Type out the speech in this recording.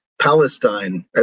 Palestine